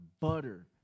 butter